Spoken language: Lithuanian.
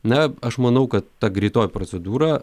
na aš manau kad ta greitoji procedūra